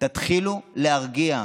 תתחילו להרגיע.